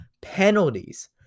Penalties